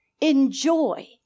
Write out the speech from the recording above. Enjoy